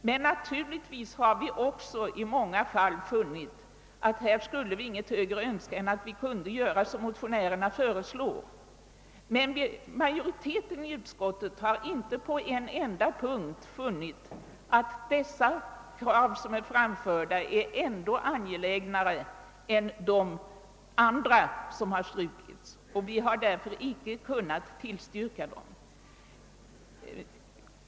Men naturligtvis har vi också i många fall funnit att vi inget högre skulle önska än att göra såsom motionärerna föreslår. Majoriteten i utskottet har dock inte på en enda punkt funnit de framförda kraven ännu angelägnare än de andra som blivit strukna. Vi har därför inte kunnat tillstyrka dem.